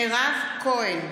מירב כהן,